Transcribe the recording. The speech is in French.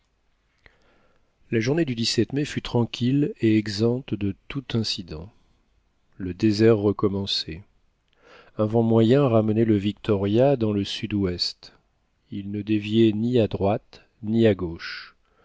la journée du mai fut tranquille et exempte de tout incident le désert recommençait un vent moyen ramenait le victoria dans le sud-ouest il ne déviait ni à droite ni à gauche